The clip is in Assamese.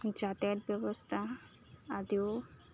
যাতায়ত ব্যৱস্থা আদিও